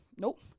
Nope